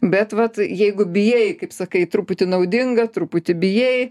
bet vat jeigu bijai kaip sakai truputį naudinga truputį bijai